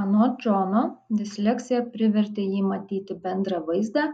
anot džono disleksija privertė jį matyti bendrą vaizdą